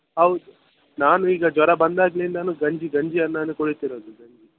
ಹೌದು ನಾನು ಈಗ ಜ್ವರ ಬಂದಾಗ್ಲಿಂದಾನು ಗಂಜಿ ಗಂಜಿಯನ್ನನೇ ಕುಡೀತಿರೋದು ಗಂಜಿ